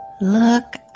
Look